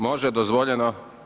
Može, dozvoljeno.